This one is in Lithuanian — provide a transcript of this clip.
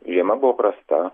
žiema buvo prasta